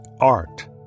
art